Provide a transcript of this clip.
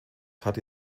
hatte